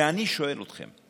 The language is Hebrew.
ואני שואל אתכם,